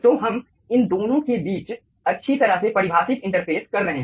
तो हम इन दोनों के बीच अच्छी तरह से परिभाषित इंटरफ़ेस कर रहे हैं